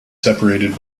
separated